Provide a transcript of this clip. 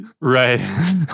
Right